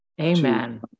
Amen